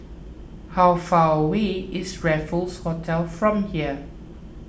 how far away is Raffles Hotel from here